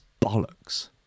bollocks